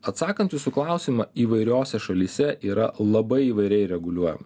atsakant jūsų klausimą įvairiose šalyse yra labai įvairiai reguliuojama